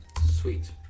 Sweet